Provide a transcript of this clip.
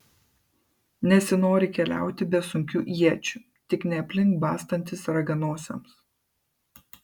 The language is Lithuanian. nesinori keliauti be sunkių iečių tik ne aplink bastantis raganosiams